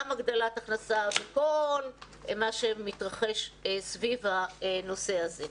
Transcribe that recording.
גם הגדלת הכנסה וכל מה שמתרחש סביב הנושא הזה.